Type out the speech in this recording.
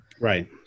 right